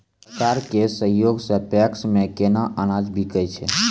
सरकार के सहयोग सऽ पैक्स मे केना अनाज बिकै छै?